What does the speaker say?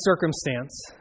circumstance